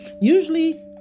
Usually